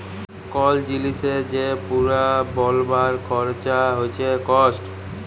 call জিলিসের যে পুরা বলবার খরচা হচ্যে কস্ট